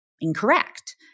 incorrect